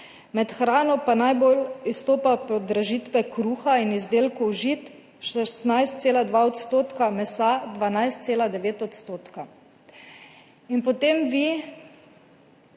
Med hrano pa najbolj izstopajo podražitve kruha in izdelkov žit – 16,2 %, mesa 12,9 %. In potem vi